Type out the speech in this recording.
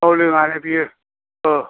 औ लोंङा नो बियो औ